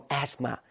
asthma